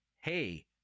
hey